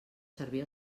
servir